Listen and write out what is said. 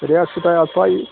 rate چھَو تۄہہِ آز پَیِی